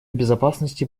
безопасности